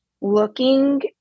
looking